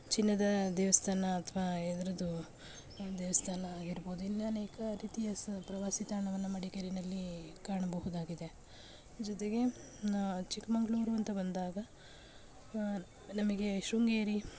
ಚಿನ್ನದ ದೇವಸ್ಥಾನ ಅಥ್ವಾ ಇದರದ್ದು ದೇವಸ್ಥಾನ ಆಗಿರ್ಬೋದು ಇನ್ನೂ ಅನೇಕ ರೀತಿಯ ಸ ಪ್ರವಾಸಿ ತಾಣವನ್ನು ಮಡಿಕೇರಿಯಲ್ಲಿ ಕಾಣಬಹುದಾಗಿದೆ ಜೊತೆಗೆ ನ ಚಿಕ್ಕಮಗಳೂರು ಅಂತ ಬಂದಾಗ ನಮಗೆ ಶೃಂಗೇರಿ